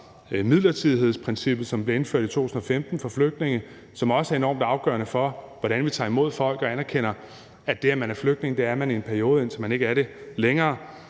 midlertidighedsprincippet for flygtninge, som blev indført i 2015, og som også er enormt afgørende for, hvordan vi tager imod folk og anerkender, at det, at man er flygtning, er man i en periode, indtil man ikke er det længere.